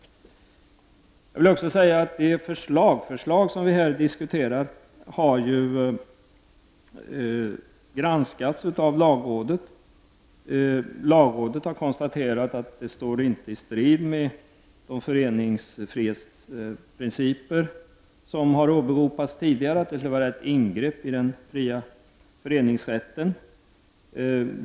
Det lagförslag som här har diskuterats har granskats av lagrådet, som har konstaterat att det inte står i strid med de föreningsfrihetsprinciper som tidigare har åberopats, dvs. att det skulle vara ett ingrepp i den fria föreningsrätten.